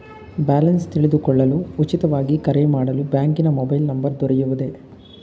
Balance ತಿಳಿದುಕೊಳ್ಳಲು ಉಚಿತವಾಗಿ ಕರೆ ಮಾಡಲು ಬ್ಯಾಂಕಿನ ಮೊಬೈಲ್ ನಂಬರ್ ದೊರೆಯುವುದೇ?